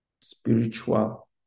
spiritual